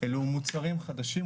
אלו מוצרים חדשים,